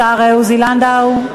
השר עוזי לנדאו?